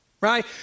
right